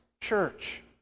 church